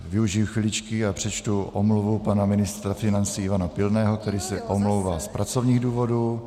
Využiji chviličky a přečtu omluvu pana ministra financí Ivana Pilného, který se omlouvá z pracovních důvodů.